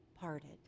parted